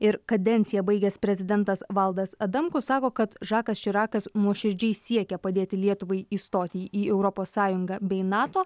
ir kadenciją baigęs prezidentas valdas adamkus sako kad žakas širakas nuoširdžiai siekė padėti lietuvai įstoti į europos sąjungą bei nato